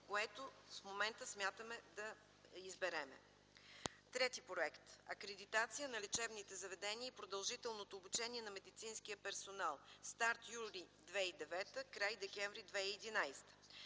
които в момента смятаме да изберем. Трети проект – „Акредитация на лечебните заведения и продължителното обучение на медицинския персонал”. Той е със старт м. юли 2009 г., край – м. декември 2011